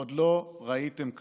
שעוד לא ראיתם כלום.